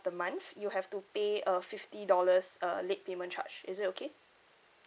the month you have to pay uh fifty dollars uh late payment charge is it okay